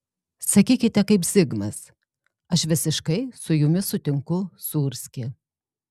sakykite kaip zigmas aš visiškai su jumis sutinku sūrski